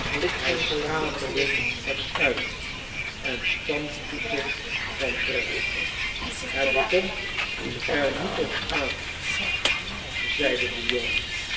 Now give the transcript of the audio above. hij schaterde het uit en stampvoette van pret het komt er niet op aan zeide de jongen